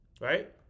right